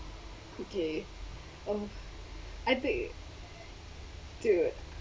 okay oh I thought you too